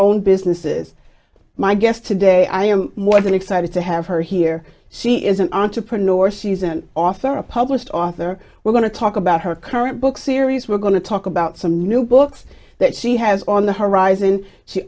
own business is my guest today i am more than excited to have her here she is an entrepreneur she's an author a published author we're going to talk about her current book series we're going to talk about some new books that she has on the horizon she